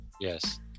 Yes